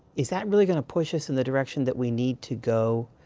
is that really going to push us in the direction that we need to go?